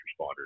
responders